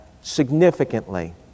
significantly